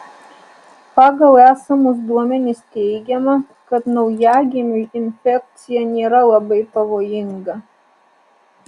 pagal esamus duomenis teigiama kad naujagimiui infekcija nėra labai pavojinga